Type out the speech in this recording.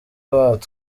watwo